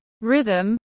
rhythm